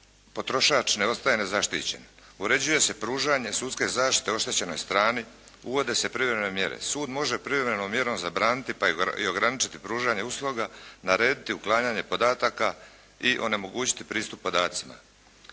potrošač ne ostaje nezaštićen. Uređuje se pružanje sudske zaštite oštećenoj strani, uvode se privremene mjere. Sud može privremenom mjerom zabraniti pa i ograničiti pružanje usluga, narediti uklanjanje podataka i onemogućiti pristup podacima.